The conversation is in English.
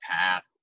path